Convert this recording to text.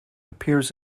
appears